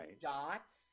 dots